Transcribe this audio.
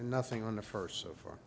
and nothing on the first so f